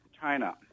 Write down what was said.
China